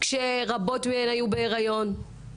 כשרבות מהן היו בהריון.